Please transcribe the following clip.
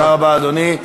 תודה רבה, אדוני.